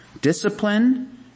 Discipline